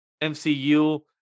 MCU